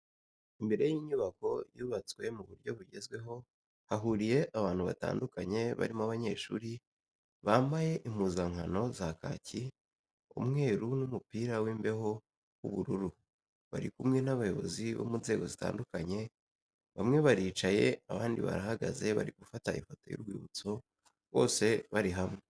Imbere y'inyubako yubatswe mu buryo bugezweho hahuriye abantu batandukanye barimo abanyeshuri bambaye impuzankano za kaki, umweru n'umupira w'imbeho w'ubururu bari kumwe n'abayobozi bo mu nzego zitandukanye bamwe baricaye abandi barahagaze bari gufata ifoto y'urwibutso bose bari hamwe.